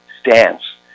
stance